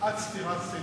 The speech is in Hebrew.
אצתי רצתי.